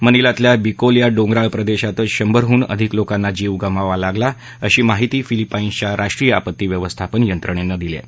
मनिलातल्या Bicol या डोंगराळ प्रदेशातच शंभरहून अधिक लोकांना जीव गमवावा लागला अशी माहिती फिलिपाईन्सच्या राष्ट्रीय आपत्ती व्यवस्थापन यंत्रणेनं दिली आहे